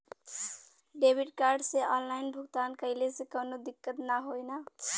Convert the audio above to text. Debit card से online भुगतान कइले से काउनो दिक्कत ना होई न?